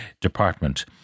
Department